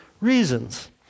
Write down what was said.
reasons